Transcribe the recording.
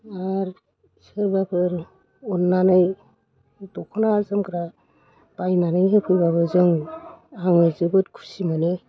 आरो सोरबाफोर अन्नानै दख'ना जोमग्रा बायनानै होफैबाबो जों आङो जोबोर खुसि मोनो